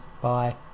Bye